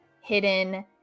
hidden